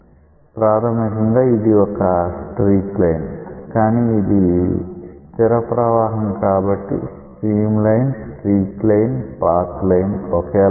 ప్రాధమికంగా ఇది ఒక స్ట్రీక్ లైన్ కానీ ఇది స్థిర ప్రవాహం కాబట్టి stream line streak line path line ఒకేలా ఉంటాయి